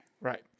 right